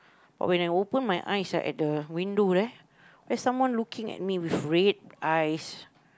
but when I open my eyes ah at the window there there's someone looking at me with red eyes